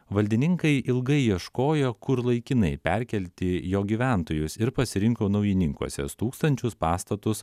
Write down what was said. valdininkai ilgai ieškojo kur laikinai perkelti jo gyventojus ir pasirinko naujininkuose stūksančius pastatus